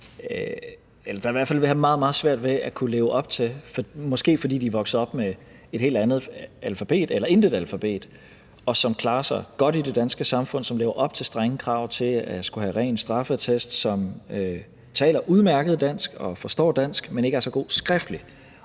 mennesker der vil have meget, meget svært ved at kunne leve op til – måske fordi de er vokset op med et helt andet alfabet eller intet alfabet, som klarer sig godt i det danske samfund, som lever op til strenge krav til at skulle have en ren straffeattest, og som taler udmærket dansk og forstår dansk, men som ikke er så gode til skriftligt